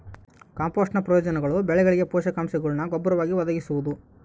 ಕಾಂಪೋಸ್ಟ್ನ ಪ್ರಯೋಜನಗಳು ಬೆಳೆಗಳಿಗೆ ಪೋಷಕಾಂಶಗುಳ್ನ ಗೊಬ್ಬರವಾಗಿ ಒದಗಿಸುವುದು